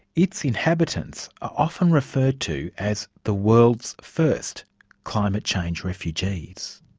its inhabitants are often referred to as the world's first climate change refugees.